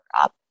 up